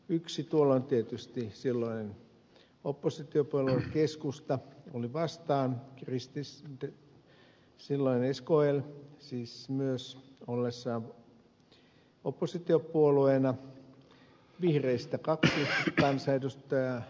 yksi tuolloin tietysti silloinen oppositiopuolue keskusta oli vastaan silloinen skl myös ollessaan oppositiopuolueena vihreistä kaksi kansanedustajaa ed